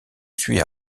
suit